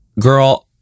Girl